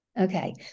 Okay